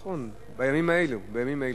בימים אלו, בימים אלו.